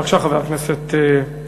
בבקשה, חבר הכנסת רוזנטל.